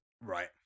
Right